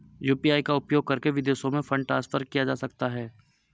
UPI का उपयोग करके विदेशों में फंड ट्रांसफर किया जा सकता है?